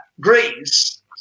greece